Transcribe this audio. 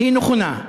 היא נכונה.